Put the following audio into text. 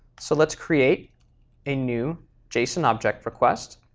so let's create a new json object request.